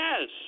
Yes